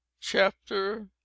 chapter